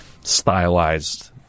stylized